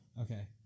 Okay